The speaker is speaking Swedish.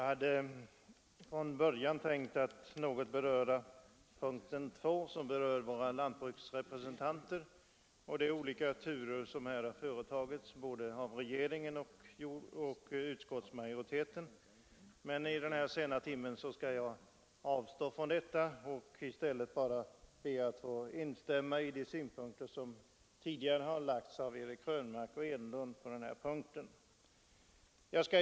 Herr talman! Jag hade tänkt att något beröra punkten 2 i utskottets betänkande, alltså frågan om våra lantbruksrepresentanter och de olika turer som företagits i den frågan av både regeringen och utskottsmajoriteten, men vid denna sena timme skall jag avstå från att göra det och nöja mig med att instämma i de synpunkter som tidigare framförts av herr Krönmark och herr Enlund.